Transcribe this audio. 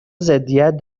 ضدیت